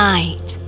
Night